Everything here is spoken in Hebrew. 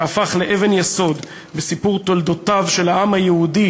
שהפך לאבן יסוד בסיפור תולדותיו של העם היהודי